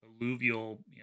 alluvial